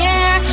air